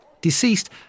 Deceased